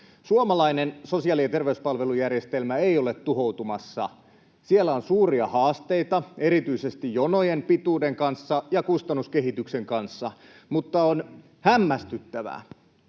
Suomalainen sosiaali- ja terveyspalvelujärjestelmä ei ole tuhoutumassa. Siellä on suuria haasteita erityisesti jonojen pituuden kanssa ja kustannuskehityksen kanssa, mutta on hämmästyttävää,